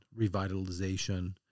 revitalization